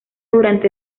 durante